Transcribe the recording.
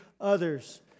others